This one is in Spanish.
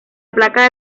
placa